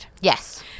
Yes